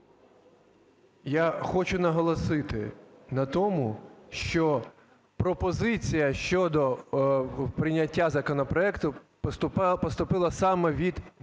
Я хочу наголосити на тому, що пропозиція щодо прийняття законопроекту поступила саме від бізнесу,